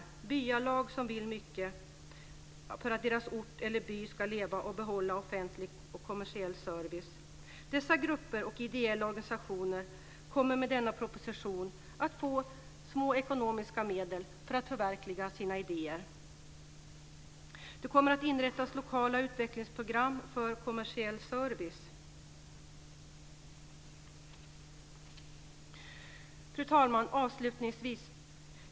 Det finns byalag som vill göra mycket för att deras orter eller byar ska leva och behålla offentlig och kommersiell service. Dessa grupper och ideella organisationer kommer med denna proposition att få små ekonomiska medel för att förverkliga sina idéer. Det kommer att inrättas lokala utvecklingsprogram för kommersiell service. Fru talman!